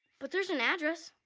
but there's an address.